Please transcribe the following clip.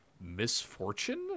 misfortune